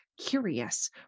curious